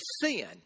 sin